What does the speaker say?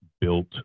built